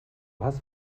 hast